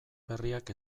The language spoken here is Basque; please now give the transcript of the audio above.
berriak